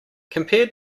compared